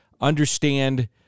understand